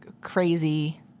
crazy